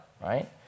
right